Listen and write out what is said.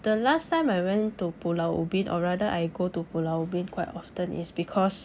the last time I went to pulau ubin or rather I go to pulau ubin quite often is because